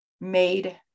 made